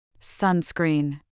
Sunscreen